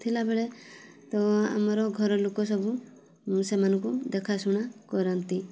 ଥିଲାବେଳେ ତ ଆମର ଘରଲୋକ ସବୁ ସେମାନଙ୍କୁ ଦେଖା ଶୁଣା କରନ୍ତି